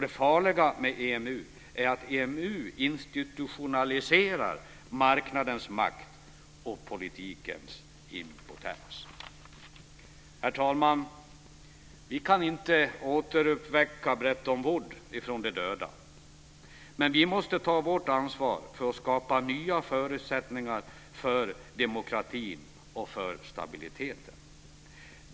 Det farliga med EMU är att EMU institutionaliserar marknadens makt och politikens impotens. Herr talman! Vi kan inte återuppväcka Bretton Wood från de döda, men vi måste ta vårt ansvar för att skapa nya förutsättningar för demokratin och för stabiliteten.